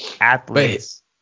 athletes